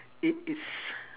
it is